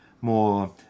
more